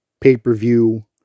pay-per-view